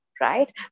right